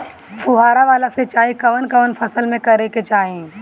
फुहारा वाला सिंचाई कवन कवन फसल में करके चाही?